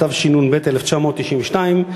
התשנ"ב 1992,